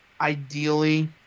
ideally